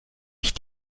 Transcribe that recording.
ich